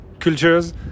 cultures